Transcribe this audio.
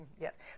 yes